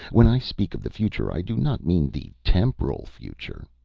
when i speak of the future, i do not mean the temporal future.